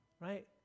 right